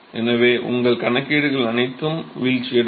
எனவே உங்கள் கணக்கீடுகள் அனைத்தும் வீழ்ச்சியடையும்